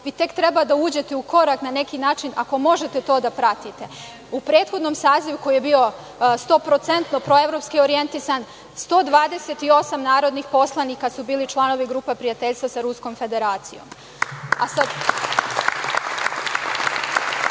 vi tek treba da uđete u korak na neki način, ako možete to da pratite. U prethodnom sazivu, koji je bio 100% proevropski orijentisan, 128 narodnih poslanika su bili članovi Grupe prijateljstva sa Ruskom Federacijom.S druge